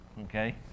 okay